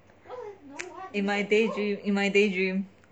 in my daydream in my daydream